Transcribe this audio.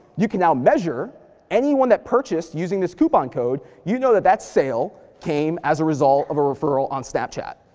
you can now measure anyone that purchased using this coupon code, you know that that sale came as a result of a referral on snapchat.